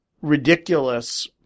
ridiculous